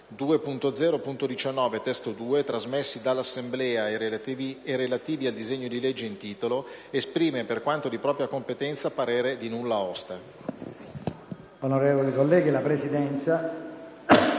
2.0.19 (testo 2), trasmessi dall'Assemblea e relativi al disegno di legge in titolo, esprime, per quanto di propria competenza, parere di nulla osta».